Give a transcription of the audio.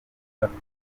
bafite